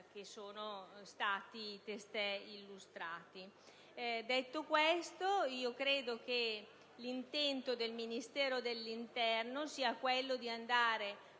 che sono stati testé illustrati. Detto questo, credo che l'intento del Ministero dell'interno sia quello di andare